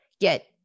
get